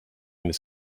this